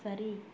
சரி